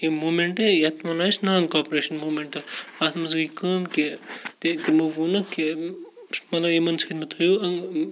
یہِ موٗمٮ۪نٛٹ یَتھ وَنان أسۍ نان کاپریشَن موٗمٮ۪نٛٹ اَتھ منٛز گٔے کٲم کہِ تہِ تِمو ووٚنُکھ کہِ یِمَن سۭتۍ مہٕ تھٲیِو